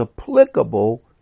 applicable